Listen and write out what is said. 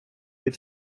від